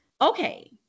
Okay